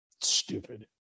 stupid